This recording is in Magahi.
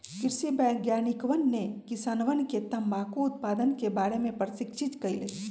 कृषि वैज्ञानिकवन ने किसानवन के तंबाकू उत्पादन के बारे में प्रशिक्षित कइल